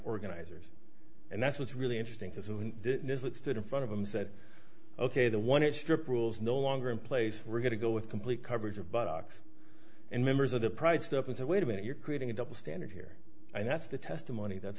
organizers and that's what's really interesting to see is that stood in front of them said ok the one that stripped rules no longer in place we're going to go with complete coverage of box and members of the private stuff and say wait a minute you're creating a double standard here and that's the testimony that